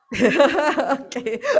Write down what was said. Okay